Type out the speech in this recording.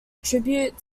tribute